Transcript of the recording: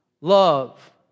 Love